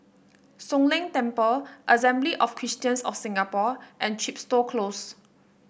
Soon Leng Temple Assembly of Christians of Singapore and Chepstow Close